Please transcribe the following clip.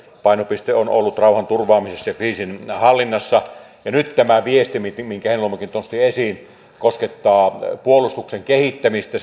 painopiste on ollut rauhanturvaamisessa ja kriisinhallinnassa ja nyt tämä viesti minkä heinäluomakin nosti esiin koskettaa puolustuksen kehittämistä